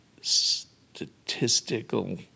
statistical